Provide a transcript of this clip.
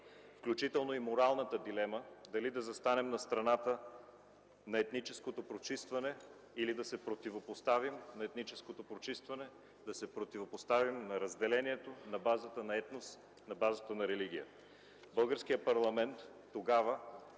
включително и моралната дилема дали да застанем на страната на етническото прочистване, или да се противопоставим на етническото прочистване, да се противопоставим на разделението на базата на етнос и религия. Българският парламент,